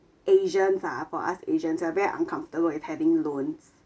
asians ah for us asians are very uncomfortable with having loans